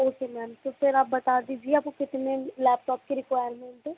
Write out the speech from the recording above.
okay ma'am तो फिर आप बता दीजिए आपको कितने लैपटॉप की रिक्वायरमेंट है